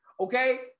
okay